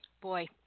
Boy